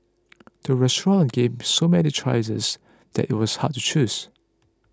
the restaurant gave so many choices that it was hard to choose